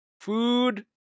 Food